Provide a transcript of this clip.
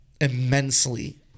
immensely